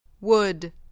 Wood